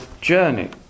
journey